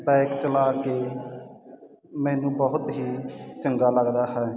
bike ਚਲਾ ਕੇ ਮੈਨੂੰ ਬਹੁਤ ਹੀ ਚੰਗਾ ਲੱਗਦਾ ਹੈ